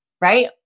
right